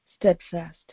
steadfast